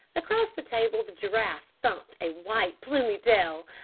across the table the giraffe thumped a white, plumy tail.